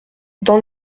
dans